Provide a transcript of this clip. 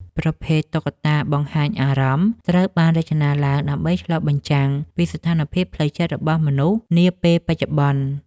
ប្រភេទ តុក្កតាបង្ហាញអារម្មណ៍ ត្រូវបានរចនាឡើងដើម្បីឆ្លុះបញ្ចាំងពីស្ថានភាពផ្លូវចិត្តរបស់មនុស្សនាពេលបច្ចុប្បន្ន។